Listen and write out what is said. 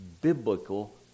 biblical